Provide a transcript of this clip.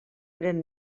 eren